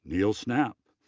neal snapp,